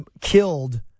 killed